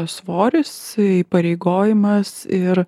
svoris įpareigojimas ir